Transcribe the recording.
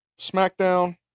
SmackDown